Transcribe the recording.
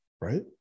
right